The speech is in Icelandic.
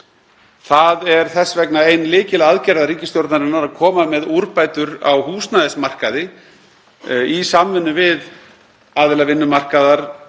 Það er þess vegna ein lykilaðgerða ríkisstjórnarinnar að koma með úrbætur á húsnæðismarkaði í samvinnu við aðila vinnumarkaðar,